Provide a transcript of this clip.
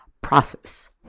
process